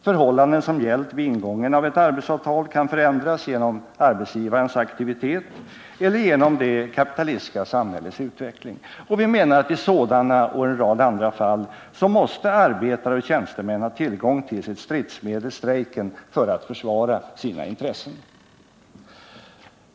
Förhållanden som gällt vid ingången av ett arbetsavtal kan förändras genom arbetsgivarens aktivitet eller genom det kapitalistiska samhällets utveckling. Vi menar att i sådana och i en rad andra fall måste arbetare och tjänstemän ha tillgång till sitt stridsmedel, strejken, för att försvara sina intressen.